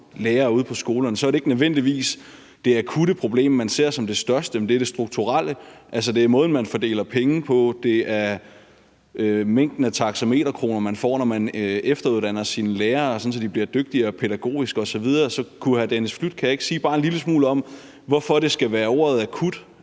lærere ude på skolerne, er det ikke nødvendigvis det akutte problem, man ser som det største, men det er det strukturelle. Altså det er måden, man fordeler penge på; det er mængden af taxameterkroner, man får, når man efteruddanner sine lærere, sådan at de bliver dygtigere pædagogisk osv. Så kunne hr. Dennis Flydtkjær ikke sige bare en lille smule om, hvorfor det skal være ordet akut